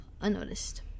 unnoticed